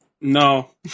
No